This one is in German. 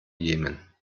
jemen